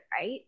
right